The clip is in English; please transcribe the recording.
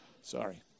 Sorry